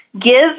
give